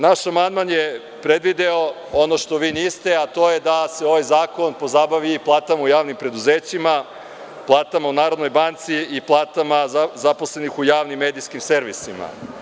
Naš amandman je predvideo ono što vi niste, a to je da se ovaj zakon pozabavi platama u javnim preduzećima, platama u Narodnoj banci i platama zaposlenih u javnim medijskim servisima.